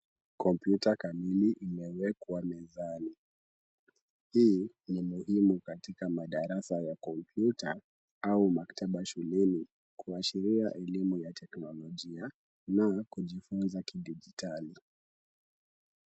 Kompyuta kamili imewekwa mezani. Hii ni muhimu katika madarasa ya kompyuta au maktaba shuleni, kuashiria elimu ya teknolojia na kujifunza kidijitali.